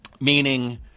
Meaning